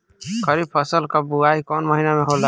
खरीफ फसल क बुवाई कौन महीना में होला?